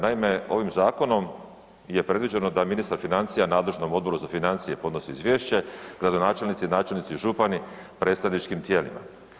Naime, ovim zakonom je predviđeno da ministar financija nadležnom Odboru za financije podnosi izvješće, gradonačelnici i načelnici, župani predstavničkim tijelima.